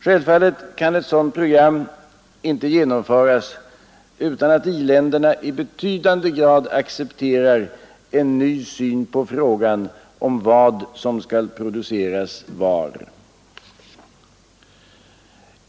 Självfallet kan ett sådant program inte genomföras utan att i-länderna i betydande grad accepterar en ny syn på frågan om vad som skall produceras var.